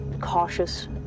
cautious